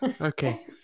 okay